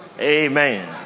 amen